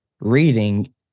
reading